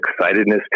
excitedness